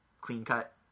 clean-cut